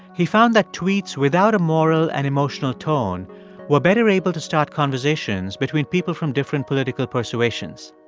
he found that tweets without a moral and emotional tone were better able to start conversations between people from different political persuasions.